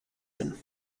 hin